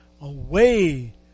away